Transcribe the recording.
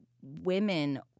women